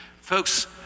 Folks